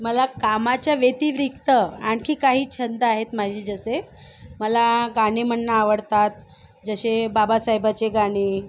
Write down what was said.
मला कामाच्या व्यतिरिक्त आणखी काही छंद आहेत माझे जसे मला गाणे म्हणणं आवडतात जसे बाबासाहेबाचे गाणे